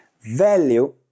value